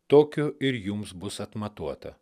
tokiu ir jums bus atmatuota